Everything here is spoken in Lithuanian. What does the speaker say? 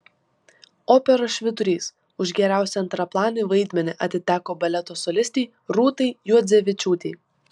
operos švyturys už geriausią antraplanį vaidmenį atiteko baleto solistei rūtai juodzevičiūtei